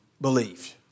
believed